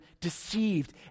deceived